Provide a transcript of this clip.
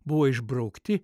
buvo išbraukti